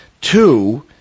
Two